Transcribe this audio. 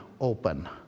open